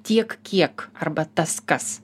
tiek kiek arba tas kas